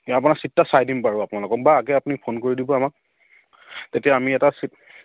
এ আপোনাক ছীট এটা চাই দিম বাৰু আপোনালোকক বা আগে আপুনি ফোন কৰি দিব আমাক তেতিয়া আমি এটা ছীট